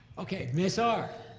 okay, ms. ah r.